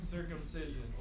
Circumcision